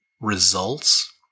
results